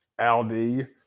aldi